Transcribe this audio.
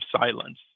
silence